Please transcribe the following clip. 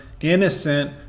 innocent